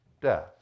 death